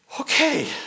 Okay